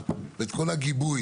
מי אחראי על מי ועל מה,